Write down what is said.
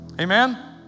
Amen